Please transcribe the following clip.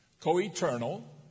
co-eternal